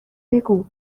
بگو